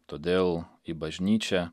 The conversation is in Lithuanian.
todėl į bažnyčią